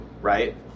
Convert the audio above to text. Right